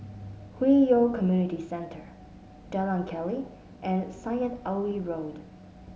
Hwi Yoh Community Centre Jalan Keli and Syed Alwi Road